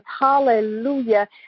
hallelujah